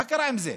מה קרה עם זה?